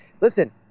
listen